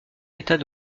état